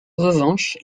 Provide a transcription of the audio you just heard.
revanche